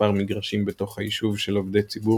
מספר מגרשים בתוך היישוב של עובדי ציבור